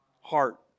heart